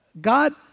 God